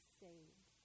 saved